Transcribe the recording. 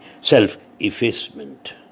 Self-effacement